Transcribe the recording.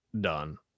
done